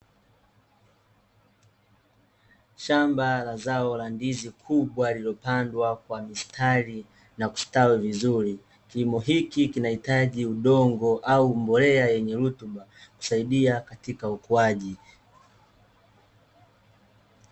Shamba la zao la ndizi kubwa lililopandwa kwa mistari na kustawi vizuri . Kilimo hiki kinahitaji udongo au mbolea yenye rutuba kusaidia katika ukuaji .